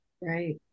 right